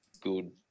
good